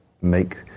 make